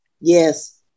Yes